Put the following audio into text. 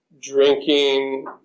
drinking